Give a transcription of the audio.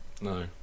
No